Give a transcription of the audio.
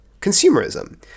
Consumerism